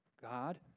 God